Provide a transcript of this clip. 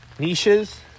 niches